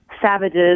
savages